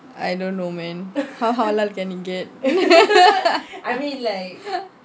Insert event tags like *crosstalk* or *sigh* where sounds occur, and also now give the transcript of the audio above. I don't know man how halal can it get *laughs*